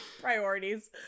priorities